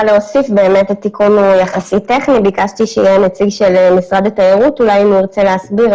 בסופה יבוא "ולעניין בית אוכל בבית מלון,